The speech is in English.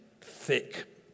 thick